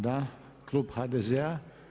Da, klub HDZ-a.